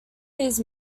his